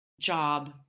job